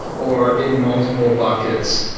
or in multiple buckets.